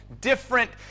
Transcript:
different